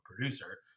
producer